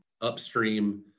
upstream